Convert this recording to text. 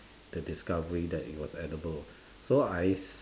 the discovery that it was edible so I s~